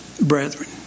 Brethren